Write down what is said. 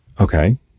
Okay